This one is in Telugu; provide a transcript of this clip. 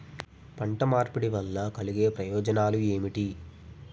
పంట మార్పిడి వల్ల కలిగే ప్రయోజనాలు ఏమిటి?